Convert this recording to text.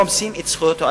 רומסים את זכויות האדם,